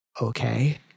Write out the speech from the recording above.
okay